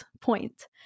point